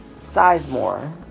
Sizemore